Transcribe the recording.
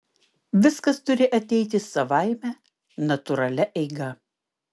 viskas turi ateiti savaime natūralia eiga